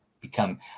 become